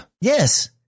Yes